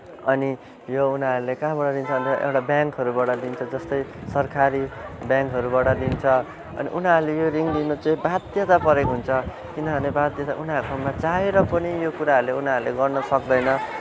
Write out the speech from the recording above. अनि यो उनीहरूले कहाँबाट लिन्छ भन्दा एउटा ब्याङ्कहरूबाट लिन्छ जस्तै सरकारी ब्याङ्कहरूबाट लिन्छ अनि उनीहरूले यो रिन लिनु चाहिँ बाध्यता परेको हुन्छ किनभने बाध्यता उनीहरूसँग चाहेर पनि यो कुराले उनीहरूले गर्नसक्दैन